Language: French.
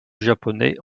japonais